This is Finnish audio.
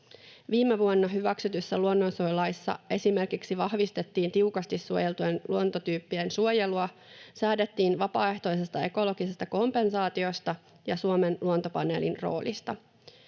Viime vuonna hyväksytyssä luonnonsuojelulaissa esimerkiksi vahvistettiin tiukasti suojeltujen luontotyyppien suojelua, säädettiin vapaaehtoisesta ekologisesta kompensaatiosta ja Suomen Luontopaneelin roolista.